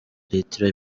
litiro